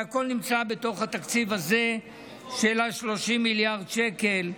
כל זה נמצא בתוך התקציב הזה של 30 מיליארד שקל: